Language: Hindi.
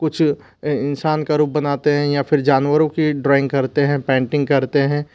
कुछ इन्सान का रूप बनाते हैं या फिर जानवरों की ड्रॉइंग करते हैं पैंटिंग करते हैं